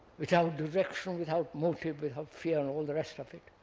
without direction, without motive, without fear and all the rest of it,